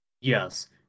Yes